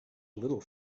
little